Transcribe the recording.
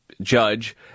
judge